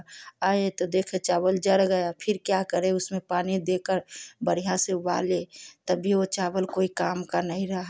आए तो देखे चावल जल गया फिर क्या करे उसमें पानी देकर बढ़िया से उबाले तब भी वह चावल कोई काम का नहीं रहा